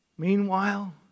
Meanwhile